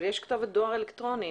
אבל יש כתובת דואר אלקטרוני,